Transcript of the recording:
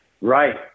Right